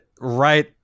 right